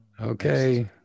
Okay